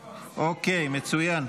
אוקיי, מצוין,